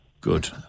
Good